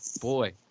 boy